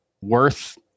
worth